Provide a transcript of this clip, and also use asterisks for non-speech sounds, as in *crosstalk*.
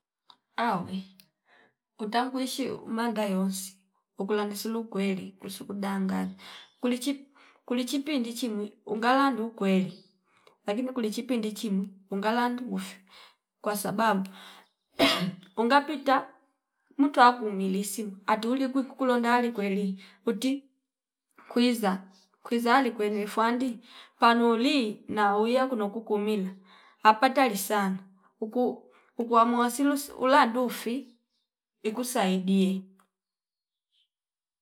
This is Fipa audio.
Awe utakuishi umanda yonsi ukula nisilu kweli kusu kudanganya kuli chii kuli chipindi chimwi ungawa nuu ukweli lakini kuli chipindi chimwi ungalandi mufwi kwasababu *noise* unga pita mutwa kuumili simu atuli kwi kulonda ali kweli uti kwiza kwiza ali kwene fwandi panoli nawia kuna kuko mina apata lisanda uku ukwa muwa silisu ula ndufi ikusaidie